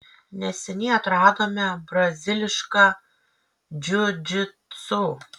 neseniai atradome brazilišką džiudžitsu